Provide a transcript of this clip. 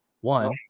One